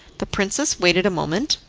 the princess waited a moment,